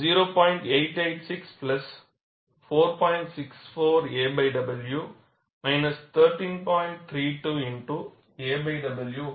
KiPBw12 2aw 0